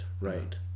right